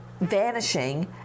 vanishing